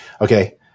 Okay